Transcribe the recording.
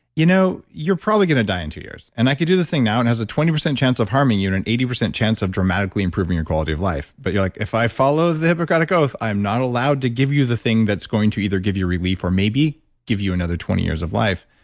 you know you're probably going to die in two years. and i can do this thing now and has a twenty percent chance of harming you and an eighty chance of dramatically improving your quality of life. but you're like, if i follow the hippocratic oath, i am not allowed to give you the thing that's going to either give you relief or maybe give you another twenty years of life.